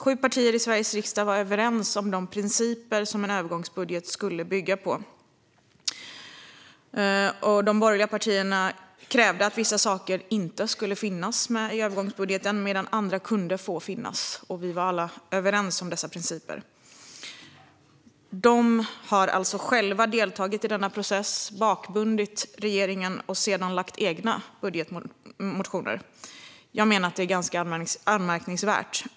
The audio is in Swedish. Sju partier i Sveriges riksdag var överens om de principer som en övergångsbudget skulle bygga på. De borgerliga partierna krävde att vissa saker inte skulle finnas med i övergångsbudgeten medan andra kunde få finnas. Vi var alla överens om dessa principer. De borgerliga partierna har alltså själva deltagit i denna process, bakbundit regeringen och sedan lagt fram egna budgetmotioner. Jag menar att detta är ganska anmärkningsvärt.